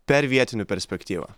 per vietinių perspektyvą